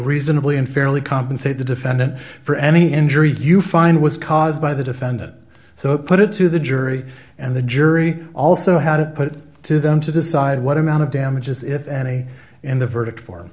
reasonably unfairly compensate the defendant for any injury you find was caused by the defendant so put it to the jury and the jury also had it put to them to decide what amount of damages if any and the verdict form